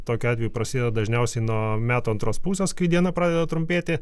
tokiu atveju prasideda dažniausiai nuo metų antros pusės kai diena pradeda trumpėti